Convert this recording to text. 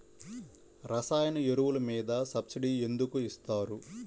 రసాయన ఎరువులు మీద సబ్సిడీ ఎందుకు ఇస్తారు?